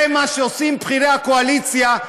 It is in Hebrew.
זה מה שעושים בכירי הקואליציה,